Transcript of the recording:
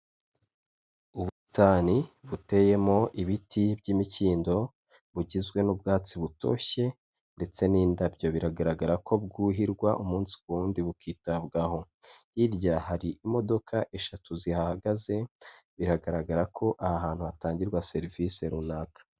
Ubusitani buteyemo ibiti by'imikindo bugizwe n'ubwatsi butoshye ndetse n'indabyo biragaragara ko bwuhirwa umunsi ku wundi bukitabwaho hirya hari imodoka eshatu zihagaze biragaragara ko aha hantu hatangirwa serivisi runaka.